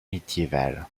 médiéval